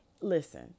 listen